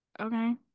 okay